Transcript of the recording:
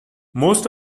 most